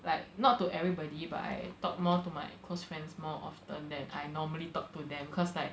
like not to everybody but I talked more to my close friends more often than I normally talk to them cause like